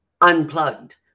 unplugged